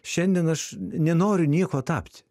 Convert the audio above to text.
šiandien aš n nenoriu nieko tapt